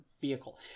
vehicle